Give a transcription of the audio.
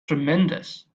tremendous